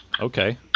Okay